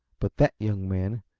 but that young man,